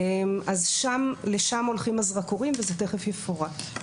לשם הולכים הזרקורים וזה תיכף יפורט.